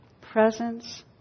Presence